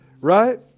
Right